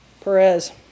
Perez